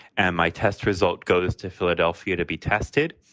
and my test result goes to philadelphia to be tested,